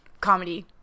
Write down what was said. Comedy